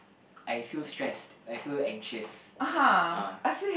I feel stressed I feel anxious ah